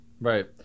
right